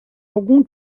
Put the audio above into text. algum